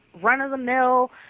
run-of-the-mill